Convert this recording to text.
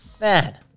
man